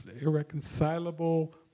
irreconcilable